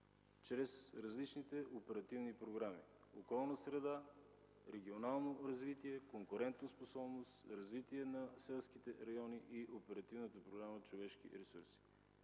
чрез различните оперативни програми – „Околна среда”, „Регионално развитие”, „Конкурентоспособност”, „Развитие на селските райони” и Оперативната програма „Човешки ресурси”.